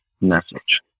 message